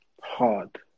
hard